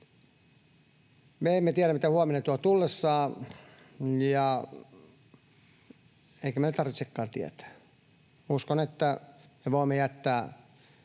Me emme tiedä, mitä huominen tuo tullessaan, eikä meidän tarvitsekaan tietää. Uskon, että me voimme jättää